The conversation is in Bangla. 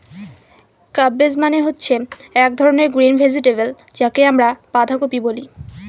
কাব্বেজ মানে হচ্ছে এক ধরনের গ্রিন ভেজিটেবল যাকে আমরা বাঁধাকপি বলে